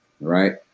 Right